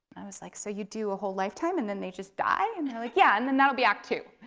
i was like, so you do a whole lifetime and then they just die? and they're like, yeah, and then that will be act two.